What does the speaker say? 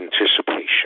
anticipation